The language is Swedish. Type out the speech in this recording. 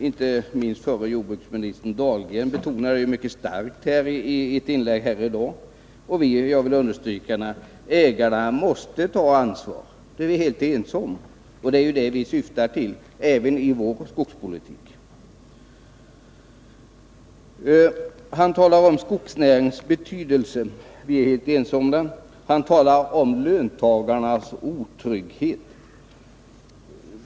Inte minst förre jordbruksministern Dahlgren betonade detta mycket starkt i ett inlägg här i dag, och jag vill understryka att ägarna måste ta ansvar. Vi är helt ense om detta, och det är något som även vi syftar till i vår skogspolitik. Jordbruksministern talar också om skogsnäringens betydelse, och den är vi helt överens om. Han talar vidare om löntagarnas otrygghet.